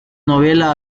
novela